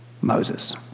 Moses